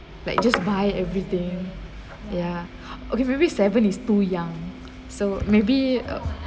like just buy everything ya okay maybe seven is too young so maybe uh